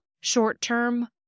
short-term